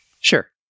Sure